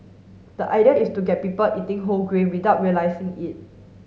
the idea is to get people eating whole grain without realising it